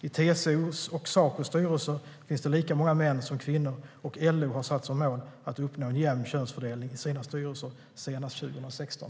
I TCO:s och Sacos styrelser finns det lika många män som kvinnor, och LO har satt som mål att uppnå en jämn könsfördelning i sina styrelser senast 2016.